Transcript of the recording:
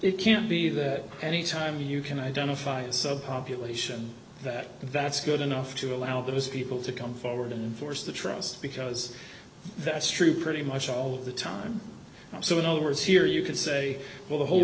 it can be that any time you can identify a population that that's good enough to allow those people to come forward and force the trust because that's true pretty much all the time so in other words here you could say well the whole